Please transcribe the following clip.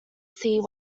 see